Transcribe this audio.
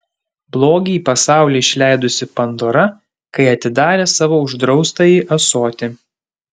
blogį į pasaulį išleidusi pandora kai atidarė savo uždraustąjį ąsotį